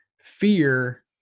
fear